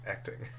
Acting